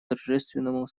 торжественному